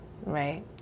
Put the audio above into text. Right